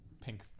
pink